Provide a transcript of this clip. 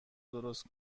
درست